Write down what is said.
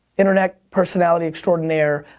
internet personality extraordinaire,